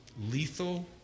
lethal